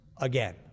Again